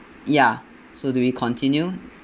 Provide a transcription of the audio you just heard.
ya so do we continue